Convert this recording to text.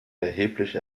erheblich